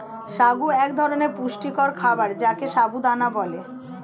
সাগু এক ধরনের পুষ্টিকর খাবার যাকে সাবু দানা বলে